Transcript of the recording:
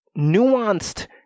nuanced